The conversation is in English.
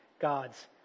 God's